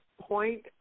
point